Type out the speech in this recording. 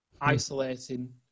isolating